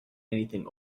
anything